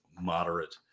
moderate